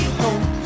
home